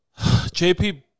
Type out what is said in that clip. JP